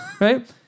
right